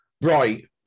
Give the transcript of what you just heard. Right